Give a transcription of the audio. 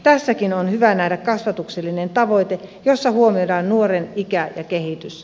tässäkin on hyvä nähdä kasvatuksellinen tavoite jossa huomioidaan nuoren ikä ja kehitys